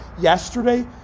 yesterday